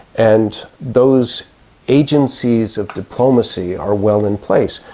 and those agencies of diplomacy are well in place.